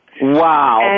Wow